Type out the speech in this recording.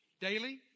Daily